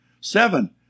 Seven